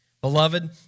Beloved